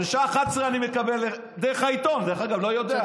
דרך אגב, דרך העיתון, אני לא יודע.